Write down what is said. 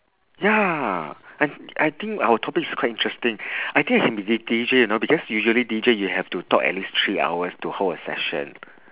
ya I I think our topics is quite interesting I think I can be D D_J you know because usually D_J you have to talk at least three hours to hold a session